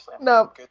no